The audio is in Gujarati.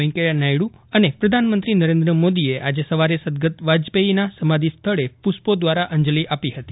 વેકૈયા નાયડ઼ અને પ્રધાનમંત્રી નરેન્દ્ર મોદીએ આજે સવારે સદગત વાજપેયીના સમાધીસ્થળે પુષ્પો દ્વારા અંજલી આપી હતી